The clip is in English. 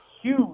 huge